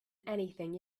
anything